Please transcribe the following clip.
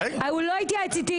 הוא לא התייעץ איתי.